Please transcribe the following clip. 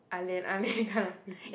ah-lian ah-lian kind of pretty